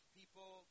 people